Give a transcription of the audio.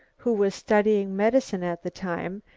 who was studying medicine at the time,